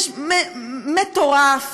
מטורף,